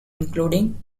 including